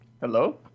Hello